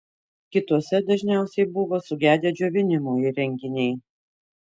kituose dažniausiai buvo sugedę džiovinimo įrenginiai